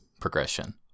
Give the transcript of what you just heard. progression